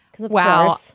wow